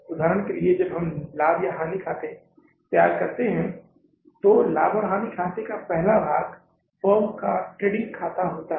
उदाहरण के लिए जब हम लाभ और हानि खाते को तैयार करते हैं तो लाभ और हानि खाते का पहला भाग फर्म का ट्रेडिंग खाता होता है